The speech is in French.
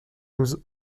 douze